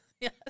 Yes